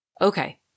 Okay